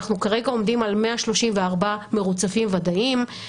אנחנו כרגע עומדים על 134 מרוצפים ודאיים,